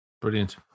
Brilliant